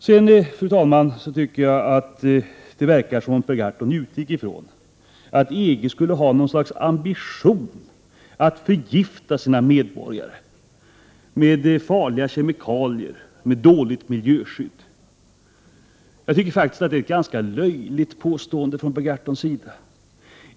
Sedan, fru talman, tycker jag att det verkar som om Per Gahrton utgick ifrån att EG skulle ha något slags ambition att förgifta sina medborgare med farliga kemikalier och dåligt miljöskydd. Jag tycker att det är ett ganska löjligt påstående från Per Gahrtons sida.